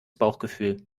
bauchgefühl